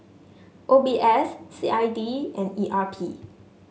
O B S C I D and E R P